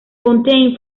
fontaine